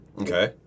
Okay